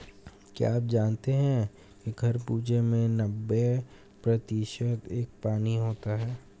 क्या आप जानते हैं कि खरबूजे में नब्बे प्रतिशत तक पानी होता है